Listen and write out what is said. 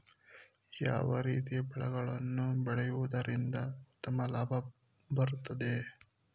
ಯಾವ ರೀತಿಯ ಬೆಳೆಗಳನ್ನು ಬೆಳೆಯುವುದರಿಂದ ಉತ್ತಮ ಲಾಭ ಬರುತ್ತದೆ?